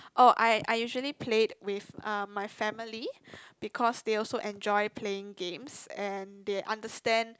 oh I I usually played with uh my family because they also enjoyed playing games and they understand